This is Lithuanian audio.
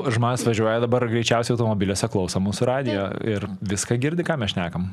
žmonės važiuoja dabar greičiausiai automobiliuose klauso mūsų radijo ir viską girdi ką mes šnekam